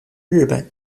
日本